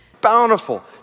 Bountiful